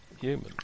human